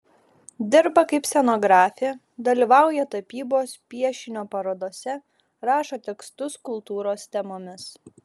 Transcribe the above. dirba kaip scenografė dalyvauja tapybos piešinio parodose rašo tekstus kultūros temomis